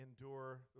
endure